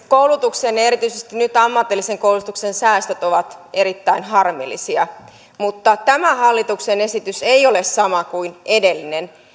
koulutuksen erityisesti nyt ammatillisen koulutuksen säästöt ovat erittäin harmillisia mutta tämä hallituksen esitys ei ole sama kuin edellinen